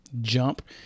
jump